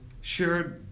sure